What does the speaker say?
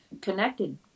connected